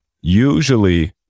Usually